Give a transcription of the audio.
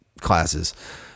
classes